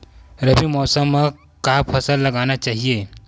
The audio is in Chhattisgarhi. रबी मौसम म का फसल लगाना चहिए?